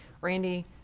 Randy